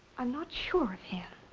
i'm not sure of him.